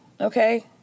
okay